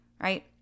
right